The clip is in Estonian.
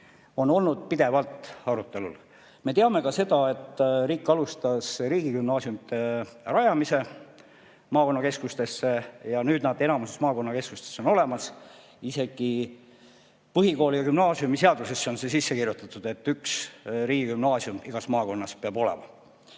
olnud pidevalt arutelul. Me teame ka seda, et riik alustas riigigümnaasiumide rajamist maakonnakeskustes ja nüüd nad on enamuses maakonnakeskustes olemas. Isegi põhikooli- ja gümnaasiumiseadusesse on sisse kirjutatud, et üks riigigümnaasium igas maakonnas peab olema.